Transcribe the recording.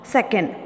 Second